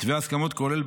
מתווה ההסכמות כולל,